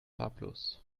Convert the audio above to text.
farblos